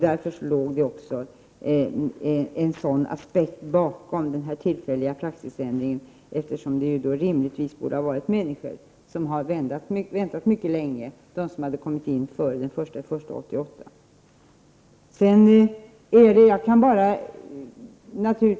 Därför låg det också en sådan aspekt bakom den tillfälliga praxisändringen, eftersom det då rimligtvis borde ha gällt människor som väntat mycket länge — de som kommit in före den 1 januari 1988.